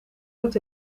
roet